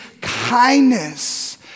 kindness